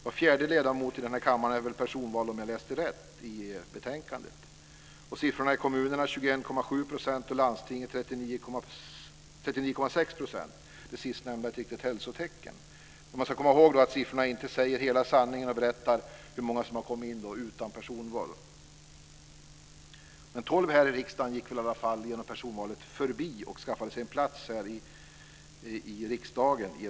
Var fjärde ledamot i denna kammare är personvald, om jag har läst rätt i betänkandet. I kommunerna är det 21,7 % och i landstingen 39,6 %. Det sistnämnda är ett riktigt hälsotecken. Men man ska komma ihåg att siffrorna inte säger hela sanningen och berättar hur många som har kommit in utan personval. Men jag tror att tolv ledamöter i denna kammare genom personvalet gick förbi andra och skaffade sig en plats.